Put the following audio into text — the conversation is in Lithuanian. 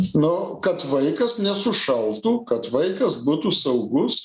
nu kad vaikas nesušaltų kad vaikas būtų saugus